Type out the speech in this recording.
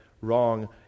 wrong